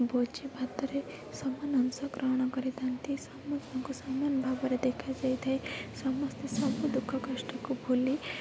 ଭୋଜିଭାତରେ ସମାନ ଅଂଶଗ୍ରହଣ କରିଥାଆନ୍ତି ସମସ୍ତଙ୍କୁ ସମାନ ଭାବରେ ଦେଖାଯାଇଥାଏ ସମସ୍ତେ ସବୁ ଦୁଃଖ କଷ୍ଟକୁ ଭୁଲି